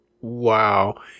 Wow